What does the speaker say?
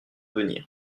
venir